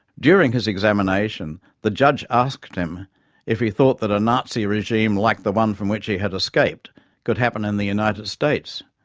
during his examination, the judge asked him if he thought that a nazi regime like the one from which he had escaped could happen in the united states.